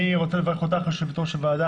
אני רוצה לברך אותך, יושבת-ראש הוועדה.